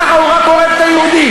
ככה הוא רק הורג את היהודים.